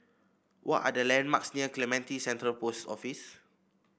what are the landmarks near Clementi Central Post Office